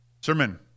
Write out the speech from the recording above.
sermon